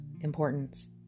importance